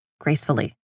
gracefully